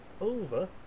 over